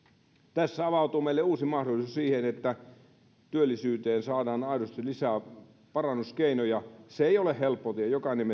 tässä avautuu meille uusi mahdollisuus siihen että työllisyyteen saadaan aidosti lisää parannuskeinoja se ei ole helppo tie jokainen